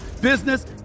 business